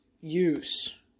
use